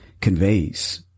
conveys